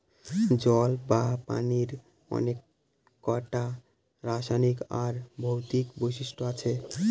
জল বা পানির অনেককটা রাসায়নিক আর ভৌতিক বৈশিষ্ট্য আছে